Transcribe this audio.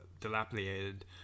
dilapidated